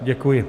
Děkuji.